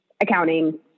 accounting